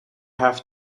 have